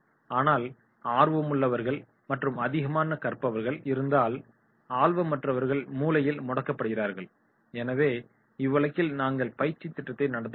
ஆனால் ஆர்வமுள்ளவர்கள் மற்றும் அதிகமான கற்பவர்கள் இருந்தால் ஆர்வமற்றவர்கள் மூலையில் முடக்கப்படுவார்கள் எனவே இவ்வழக்கில் நாங்கள் பயிற்சி திட்டத்தை நடத்த முடியும்